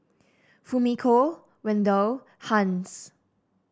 Fumiko Wendell Hans